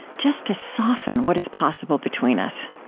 just to soften what is possible between us.